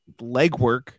legwork